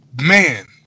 man